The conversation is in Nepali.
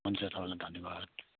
हुन्छ तपाईँलाई धन्यवाद